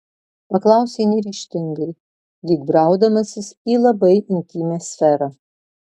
paklausė neryžtingai lyg braudamasis į labai intymią sferą